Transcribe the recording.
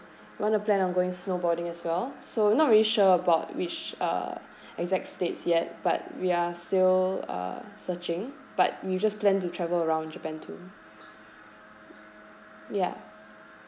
want to plan on going snowboarding as well so not really sure about which uh exact states yet but we are still uh searching but we just plan to travel around japan too ya